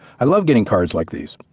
i love getting cards like these.